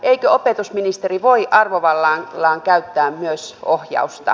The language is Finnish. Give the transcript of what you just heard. eikö opetusministeri voi arvovallallaan myös käyttää ohjausta